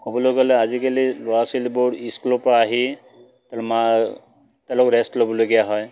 ক'বলৈ গ'লে আজিকালি ল'ৰা ছোৱালীবোৰ স্কুলৰপৰা আহি মা তেওঁলোক ৰেষ্ট ল'বলগীয়া হয়